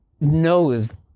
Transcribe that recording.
knows